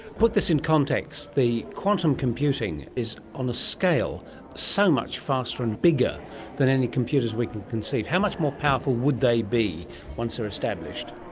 put this in context. quantum computing is on a scale so much faster and bigger than any computers we can conceive. how much more powerful would they be once they're established?